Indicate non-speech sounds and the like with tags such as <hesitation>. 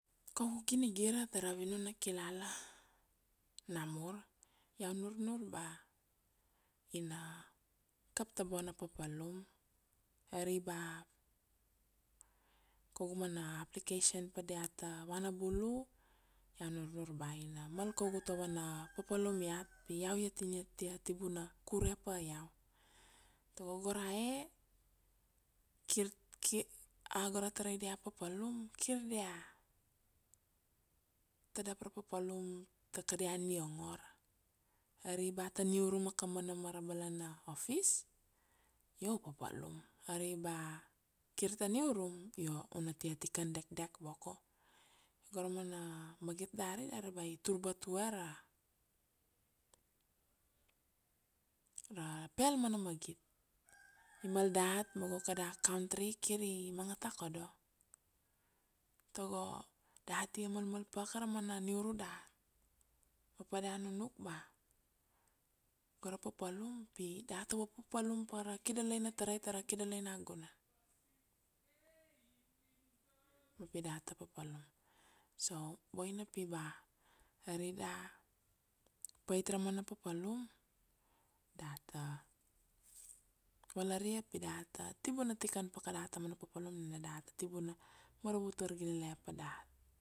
Kaugu ginigira ta ra vinun na kilala na mur, iau nurnur ba ina kap ta bona papalum, ari ba kaugu mana application pa dia ta vana bulu, iau nurnur ba ina mal kaugu ta vana papalum iat, pi iau iat ina tia tibuna kure pa iau. Tago go rae, <hesitation> a go ra tarai dia papalum, kir dia, tadap ra papalum ta kadia ni ongor, ari ba ta niurum akamanama ra balana na office, io u papalum. Ari ba kir ta niurum io una tia tikan dekdek boko. Go ra mana magit dari, dari ba i tur bat vue ra, ra pel mana magit, i mal dat ma go kada country kir i manga takodo, tago da tia malmal pa ka ra mana niuru dat ma pa da nunuk ba go ra papalum, pi data vapapalum pa ra kidoloina tarai ta ra kidoloina na gunan, ma pi data papalum. So boina pi ba, ari da pait ra mana papalum, data valaria pi data tibuna tikan pa ka da ta papalum nina data tibuna maravut vargilene pa dat.